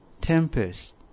tempest